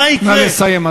נא לסיים.